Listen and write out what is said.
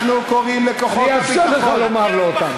אני אאפשר לך לומר לו אותם.